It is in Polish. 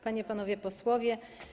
Panie i Panowie Posłowie!